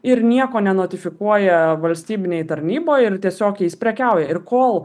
ir nieko nenotifikuoja valstybinėj tarnyboj ir tiesiog jais prekiauja ir kol